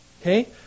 Okay